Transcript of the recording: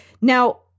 Now